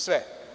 Sve.